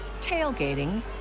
tailgating